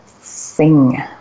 sing